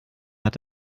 hat